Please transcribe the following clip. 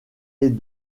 est